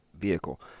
Vehicle